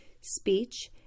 speech